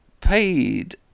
paid